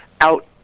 out